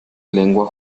lengua